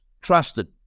trusted